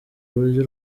uburyo